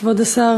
כבוד השר,